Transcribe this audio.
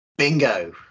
Bingo